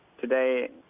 Today